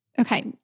okay